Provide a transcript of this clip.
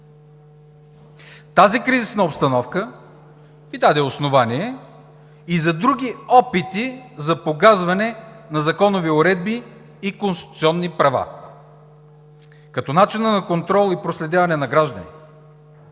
Тази кризисна обстановка Ви даде основание и за други опити за погазване на законови уредби и конституционни права, като начина на контрол и проследяване на граждани.